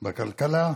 בכלכלה,